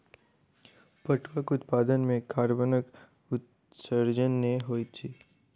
पटुआक उत्पादन मे कार्बनक उत्सर्जन नै होइत छै